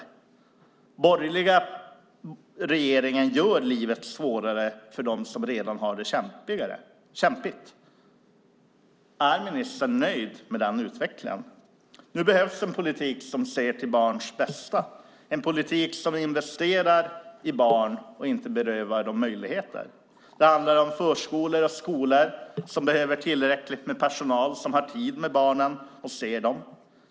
Den borgerliga regeringen gör livet svårare för dem som redan har det kämpigt. Är ministern nöjd med den utvecklingen? Nu behövs en politik som ser till barns bästa, en politik som investerar i barn och inte berövar dem möjligheter. Det handlar om förskolor och skolor som har tillräckligt med personal som har tid med barnen och ser dem.